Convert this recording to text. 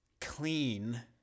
clean